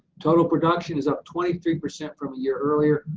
total production is up twenty three percent from a year earlier,